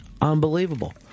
unbelievable